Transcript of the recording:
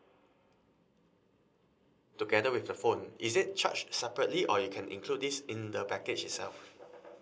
together with the phone is it charge separately or you can include this in the package itself